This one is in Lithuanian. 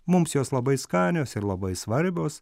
mums jos labai skanios ir labai svarbios